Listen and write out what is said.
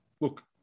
Look